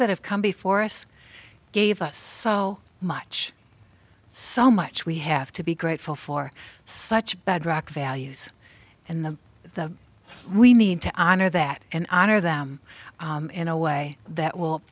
that have come before us gave us so much so much we have to be grateful for such bedrock values and the the we need to honor that and honor them in a way that will